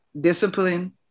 discipline